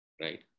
Right